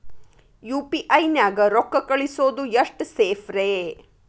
UPI ನ್ಯಾಗ ರೊಕ್ಕ ಕಳಿಸೋದು ಎಷ್ಟ ಸೇಫ್ ರೇ?